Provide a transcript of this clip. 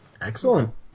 Excellent